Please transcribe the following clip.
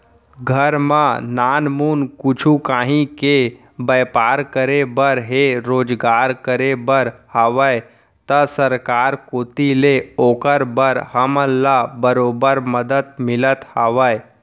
घर म नानमुन कुछु काहीं के बैपार करे बर हे रोजगार करे बर हावय त सरकार कोती ले ओकर बर हमन ल बरोबर मदद मिलत हवय